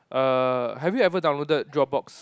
err have you ever downloaded dropbox